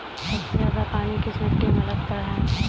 सबसे ज्यादा पानी किस मिट्टी में लगता है?